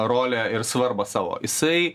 rolę ir svarbą savo jisai